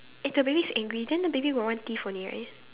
eh the baby's angry then the baby got one teeth only right